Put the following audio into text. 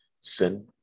Sin